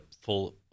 full